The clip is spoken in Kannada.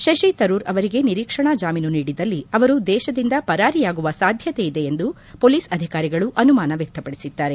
ಶಶಿತರೂರ್ ಅವರಿಗೆ ನಿರೀಕ್ಷಣಾ ಜಾಮೀನು ನೀಡಿದಲ್ಲಿ ಅವರು ದೇಶದಿಂದ ಪರಾರಿಯಾಗುವ ಸಾಧ್ಯತೆ ಇದೆ ಎಂದು ಪೊಲೀಸ್ ಅಧಿಕಾರಿಗಳು ಅನುಮಾನ ವ್ಯಕ್ತ ಪಡಿಸಿದ್ದಾರೆ